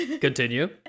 Continue